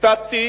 ציטטתי